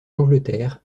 angleterre